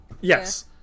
Yes